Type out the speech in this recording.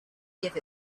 give